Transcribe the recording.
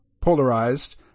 polarized